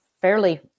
fairly